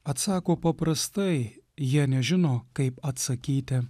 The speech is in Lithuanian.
atsako paprastai jie nežino kaip atsakyti